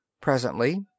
Presently